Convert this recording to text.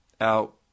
out